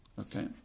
Okay